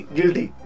guilty